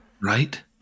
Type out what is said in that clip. Right